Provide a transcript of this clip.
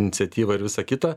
iniciatyvą ir visa kita